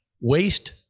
waste